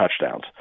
touchdowns